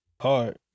Hard